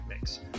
mix